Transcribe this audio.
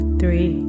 three